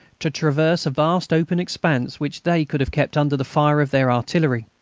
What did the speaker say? to traverse a vast open expanse which they could have kept under the fire of their artillery.